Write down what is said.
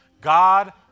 God